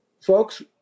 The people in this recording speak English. folks